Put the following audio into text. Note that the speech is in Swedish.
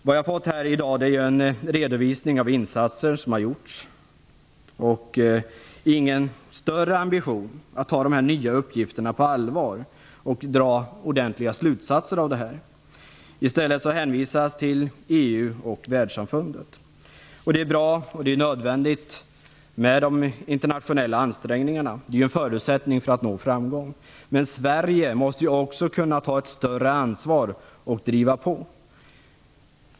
Vad jag har fått här i dag är en redovisning av insatser som har gjorts, men det redovisas ingen större ambition att ta de nya uppgifterna på allvar och att dra ordentliga slutsatser av dem. I stället hänvisas till EU och Världssamfundet. De internationella ansträngningarna är bra och nödvändiga och en förutsättning för att nå framgång, men Sverige måste kunna ta ett större ansvar och driva på.